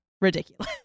Ridiculous